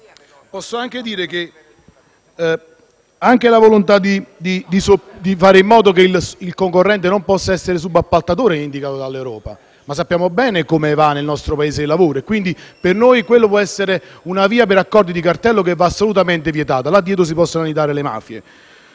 Posso anche dire che anche la volontà di fare in modo che il concorrente non possa essere subappaltatore è indicata dall'Europa, ma sappiamo bene come va nel nostro Paese il lavoro e quindi per noi quella può essere una via per accordi di cartello che va assolutamente vietata, in quanto dietro vi si possono annidare le mafie.